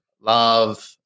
love